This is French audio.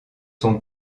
son